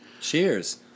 Cheers